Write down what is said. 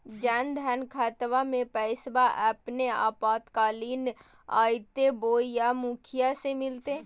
जन धन खाताबा में पैसबा अपने आपातकालीन आयते बोया मुखिया से मिलते?